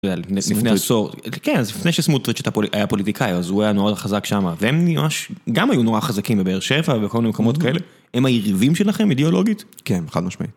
לפני עשור לפני שסמוטריץ' היה פוליטיקאי אז הוא היה נורא חזק שמה והם ממש גם היו נורא חזקים בבאר שבע וכל מיני מקומות כאלה הם היריבים שלכם אידיאולוגית כן חד משמעי.